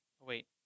Wait